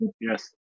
Yes